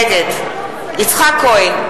נגד יצחק כהן,